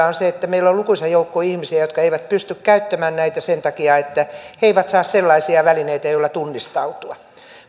on se että meillä on lukuisa joukko ihmisiä jotka eivät pysty käyttämään näitä sen takia että he eivät saa sellaisia välineitä joilla tunnistautua